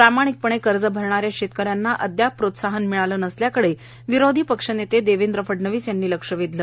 प्रामाणिकपणे कर्ज भरणाऱ्या शेतकऱ्यांना अद्याप प्रोत्साहन मिळालं नसल्याकडे विरोधी पक्षनेते देवेंद्र फडणवीस यांनी लक्ष वेधलं